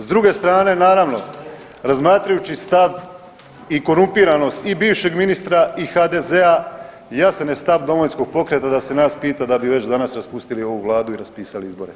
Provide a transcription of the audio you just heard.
S druge strane naravno razmatrajući stav i korumpiranost i bivšeg ministra i HDZ-a jasan je stav Domovinskog pokreta da se nas pita da bi već danas raspustili ovu Vladu i raspisali izbore.